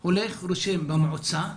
הולך, רושם במועצה.